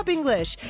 English